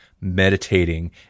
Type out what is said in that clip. meditating